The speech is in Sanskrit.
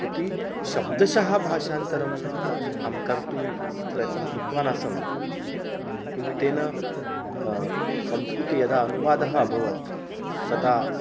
यति शब्दशः भाषान्तरम् अहं कर्तुं प्रयत्नं कृतवानासं किन्तु तेन संस्कृते यदा अनुवादः अभवत् तदा